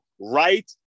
right